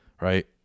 right